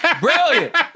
Brilliant